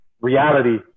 reality